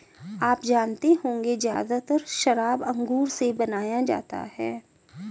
आप जानते होंगे ज़्यादातर शराब अंगूर से बनाया जाता है